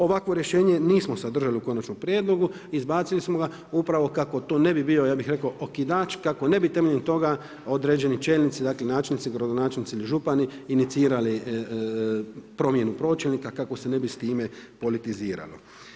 Ovakvo rješenje nismo sadržali u konačnom prijedlogu, izbacili smo ga upravo kako to ne bi bio ja bih rekao okidač, kako ne bi temeljem toga određeni čelnici, dakle načelnici, gradonačelnici ili župani inicirali promjenu pročelnika, kako se ne bi s time politiziralo.